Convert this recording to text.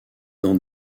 dans